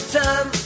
time